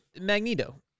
Magneto